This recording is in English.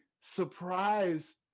surprise